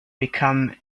become